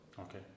Okay